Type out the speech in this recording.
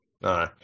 No